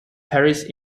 paris